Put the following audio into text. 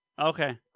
okay